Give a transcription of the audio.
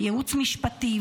ייעוץ משפטי,